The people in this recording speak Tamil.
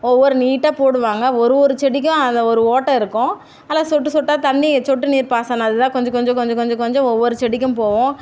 ஒரு நீட்டாக போடுவாங்க ஒரு ஒரு செடிக்கும் அந்த ஒரு ஓட்டை இருக்கும் அதில் சொட்டு சொட்டாக தண்ணி சொட்டு நீர் பாசனம் அது தான் கொஞ்சம் கொஞ்சம் கொஞ்சம் கொஞ்சம் கொஞ்சம் ஒவ்வொரு செடிக்கும் போகும்